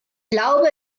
glaube